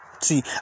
See